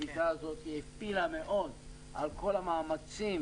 השביתה הזאת --- מאוד על כל המאמצים